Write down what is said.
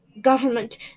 government